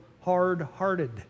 hard-hearted